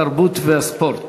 התרבות והספורט